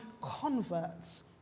converts